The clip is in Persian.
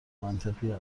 منطقی